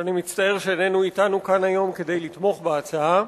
שאני מצטער שאיננו אתנו היום כאן כדי לתמוך בהצעה.